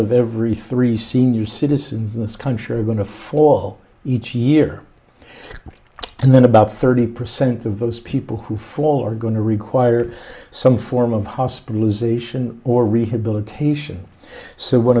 of every three senior citizens in this country are going to fall each year and then about thirty percent of those people who fall are going to require some form of hospitalization or rehabilitation so one